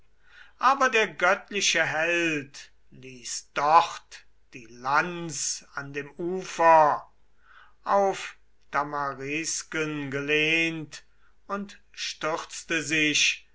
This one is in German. aber der göttliche held ließ dort die lanz an dem ufer auf tamarisken gelehnt und stürzte sich